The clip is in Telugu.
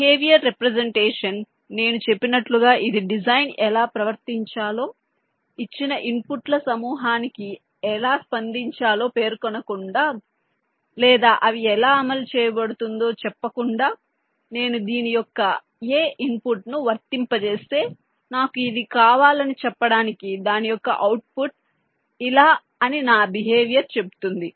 బిహేవియరల్ రెప్రెసెంటేషన్ నేను చెప్పినట్లుగా ఇది డిజైన్ ఎలా ప్రవర్తించాలో ఇచ్చిన ఇన్పుట్ల సమూహానికి ఎలా స్పందించాలో పేర్కొనకుండా లేదా అవి ఎలా అమలు చేయబడుతుందో చెప్పకుండా నేను దీని యొక్క a ఇన్పుట్ను వర్తింపజేస్తే నాకు ఇది కావాలని చెప్పడానికి దాని యొక్క అవుట్పుట్ ఇలా అని నా బిహేవియర్ చెప్తుంది